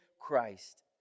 Christ